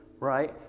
right